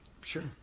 Sure